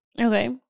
Okay